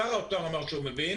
שר האוצר אמר שהוא מבין